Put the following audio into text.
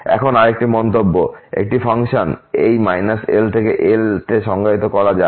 এখন আরেকটি মন্তব্য একটি ফাংশন এই l l তে সংজ্ঞায়িত করা যাক